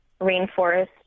rainforest